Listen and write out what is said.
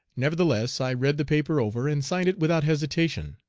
nevertheless i read the paper over and signed it without hesitation.